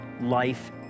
life